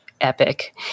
epic